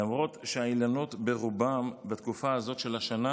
למרות שהאילנות, רובם בתקופה הזאת של השנה